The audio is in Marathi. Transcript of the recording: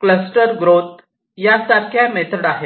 क्लस्टर ग्रोथ सारख्या मेथड आहेत